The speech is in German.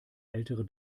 ältere